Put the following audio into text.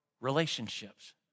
relationships